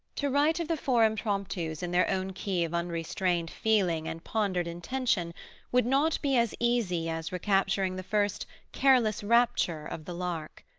to write of the four impromptus in their own key of unrestrained feeling and pondered intention would not be as easy as recapturing the first careless rapture of the lark.